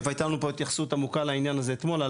הייתה לנו התייחסות עמוקה לעניין הזה אתמול.